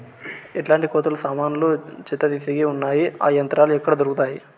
ఎట్లాంటి కోతలు సామాన్లు చెత్త తీసేకి వున్నాయి? ఆ యంత్రాలు ఎక్కడ దొరుకుతాయి?